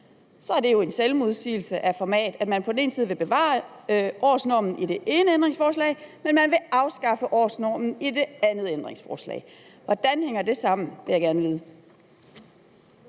er det jo en selvmodsigelse af format, altså at man på den ene side vil bevare årsnormen i det ene ændringsforslag, men afskaffe årsnormen i det andet ændringsforslag. Jeg vil gerne vide,